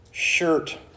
Shirt